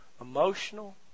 emotional